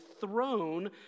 throne